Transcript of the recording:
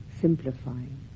simplifying